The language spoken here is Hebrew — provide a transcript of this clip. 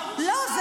לא, ברור שלא.